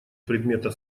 предмета